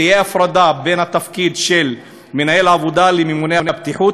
תהיה הפרדה בין התפקיד של מנהל עבודה לממונה הבטיחות,